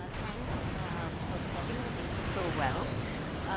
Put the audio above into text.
um thanks for setting the table so well.